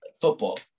football